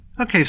Okay